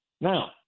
Now